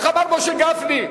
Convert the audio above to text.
איך אמר משה גפני?